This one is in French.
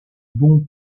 bon